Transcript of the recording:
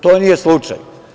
To nije slučaj.